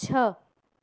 छह